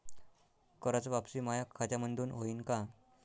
कराच वापसी माया खात्यामंधून होईन का?